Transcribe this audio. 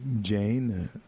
Jane